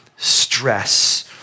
stress